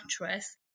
mattress